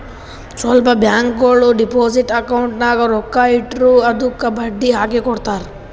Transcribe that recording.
ಸ್ವಲ್ಪ ಬ್ಯಾಂಕ್ಗೋಳು deposit account ನಾಗ್ ರೊಕ್ಕಾ ಇಟ್ಟುರ್ ಅದ್ದುಕ ಬಡ್ಡಿ ಹಾಕಿ ಕೊಡ್ತಾರ್